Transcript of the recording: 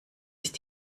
ist